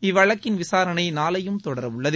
இந்தவழக்கின் விசாரணை நாளையும் தொடரவுள்ளது